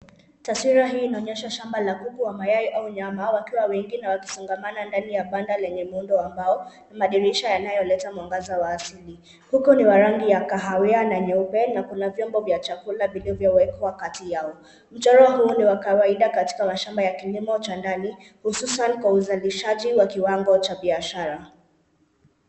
Taswira hii inaonyesha shamba la kuku wa mayai au nyama wakiwa wengi na wakisongamana ndani ya banda lenye muundo wa mbao na madirisha yanayoleta mwangaza wa asili. Kuku ni wa rangi ya kahawia na nyeupe na kuna vyombo vya chakula vilivyowekwa kati yao. Mchoro huu ni wa kawaida katika mashamba ya kilimo cha ndani hususan kwa uzalishaji wa kiwango cha biashara.